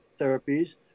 therapies